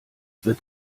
wird